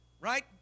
right